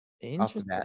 Interesting